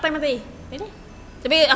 jadi